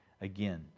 again